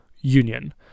Union